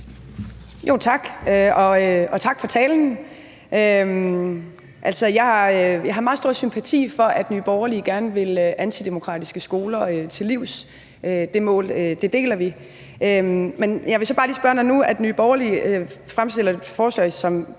Tak. Og tak for talen. Jeg har meget stor sympati for, at Nye Borgerlige gerne vil antidemokratiske skoler til livs. Det mål deler vi. Men jeg vil så bare lige spørge, når nu Nye Borgerlige fremsætter et forslag, som